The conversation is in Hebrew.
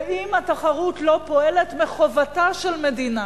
ואם התחרות לא פועלת, מחובתה של מדינה,